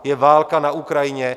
Je válka na Ukrajině.